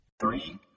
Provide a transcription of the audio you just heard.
Three